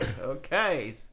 Okay